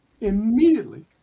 immediately